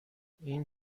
این